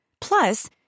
Plus